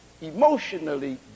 emotionally